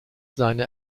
seine